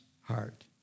heart